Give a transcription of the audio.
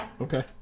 Okay